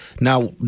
Now